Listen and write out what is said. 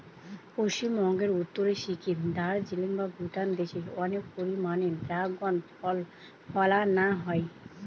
পশ্চিমবঙ্গের উত্তরে সিকিম, দার্জিলিং বা ভুটান দেশে অনেক পরিমাণে দ্রাগন ফল ফলানা হয়